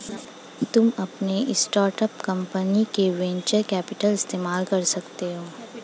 तुम अपनी startup company के लिए वेन्चर कैपिटल का इस्तेमाल कर सकते हो